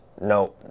No